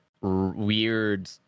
weird